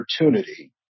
opportunity